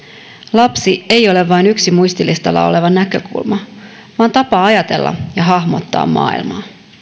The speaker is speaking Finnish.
lapsi ei ole vain yksi muistilistalla oleva näkökulma vaan tapa ajatella ja hahmottaa maailmaa